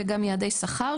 וגם יעדי שכר,